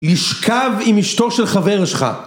לשכב עם אשתו של חבר שלך